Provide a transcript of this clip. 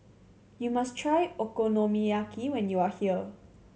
you must try Okonomiyaki when you are here